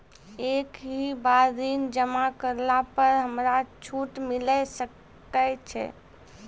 एक ही बार ऋण जमा करला पर हमरा छूट मिले सकय छै?